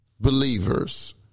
believers